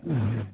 হুম